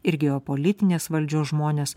ir geopolitinės valdžios žmonės